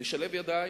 נשלב ידיים,